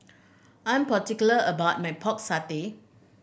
I'm particular about my Pork Satay